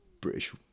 British